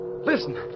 Listen